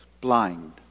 blind